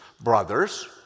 brothers